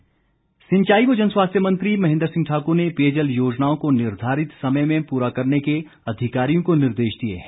महेन्द्र सिंह सिंचाई व जनस्वास्थ्य मंत्री महेन्द्र सिंह ठाकुर ने पेयजल योजनाओं को निर्धारित समय में पूरा करने के अधिकारियों को निर्देश दिए हैं